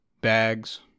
bags